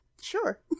Sure